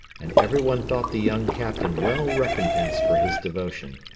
and everyone thought the young captain well recompensed for his devotion.